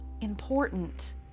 important